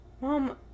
Mom